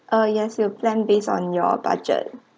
uh yes we'll plan based on your budget